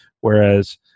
whereas